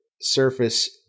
surface